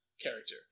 character